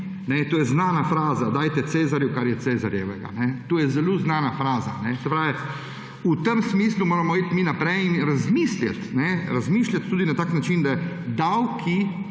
To je znana fraza, dajte cesarju, kar je cesarjevega. To je zelo znana fraza. Se pravi, v tem smislu moramo iti mi naprej in razmišljati tudi na tak način, da davki,